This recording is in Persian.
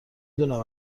دونم